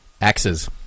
Axes